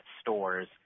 stores